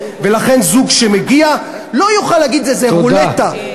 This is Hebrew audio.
לכן זוג שמגיע לא יוכל להגיד שזה רולטה,